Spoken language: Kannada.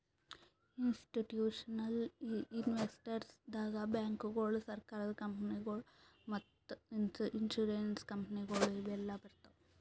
ಇಸ್ಟಿಟ್ಯೂಷನಲ್ ಇನ್ವೆಸ್ಟರ್ಸ್ ದಾಗ್ ಬ್ಯಾಂಕ್ಗೋಳು, ಸರಕಾರದ ಕಂಪನಿಗೊಳು ಮತ್ತ್ ಇನ್ಸೂರೆನ್ಸ್ ಕಂಪನಿಗೊಳು ಇವೆಲ್ಲಾ ಬರ್ತವ್